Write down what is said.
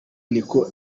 niko